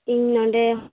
ᱤᱧ ᱱᱚᱸᱰᱮ